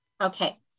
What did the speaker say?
Okay